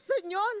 Señor